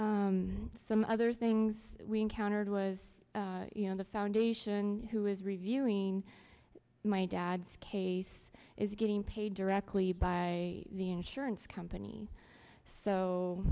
that some other things we encountered was you know the foundation who was reviewing my dad's case is getting paid directly by the insurance company so